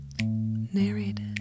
narrated